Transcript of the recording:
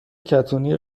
کتونی